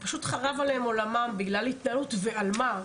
שפשוט חרב עליהם עולמם, ועל מה?